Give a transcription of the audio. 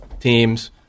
teams